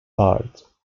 part